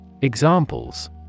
Examples